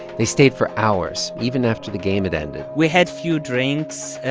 they stayed for hours, even after the game had ended we had few drinks